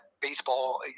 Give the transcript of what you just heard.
baseball